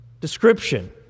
description